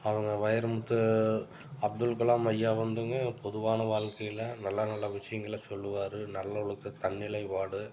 அவங்க வைரமுத்து அப்துல்கலாம் ஐயா வந்துங்க பொதுவான வாழ்க்கையில் நல்லா நல்ல விஷயங்கள சொல்லுவார் நல்லொழுக்க தன்னிலை வாடு